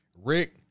Rick